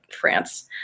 France